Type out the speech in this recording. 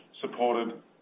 supported